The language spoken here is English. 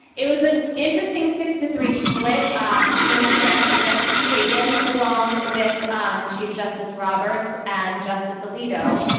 it was an interesting six to three split um in dissent was justice kagan, along with um chief justice roberts and justice alito,